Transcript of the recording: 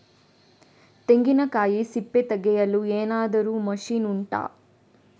ತೆಂಗಿನಕಾಯಿ ಸಿಪ್ಪೆ ತೆಗೆಯಲು ಏನಾದ್ರೂ ಮಷೀನ್ ಉಂಟಾ